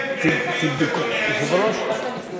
וזה מתקיים בעקביות, אדוני היושב-ראש.